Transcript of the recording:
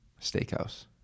Steakhouse